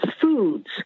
foods